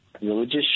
religious